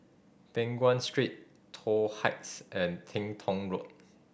Peng Nguan Street Toh Heights and Teng Tong Road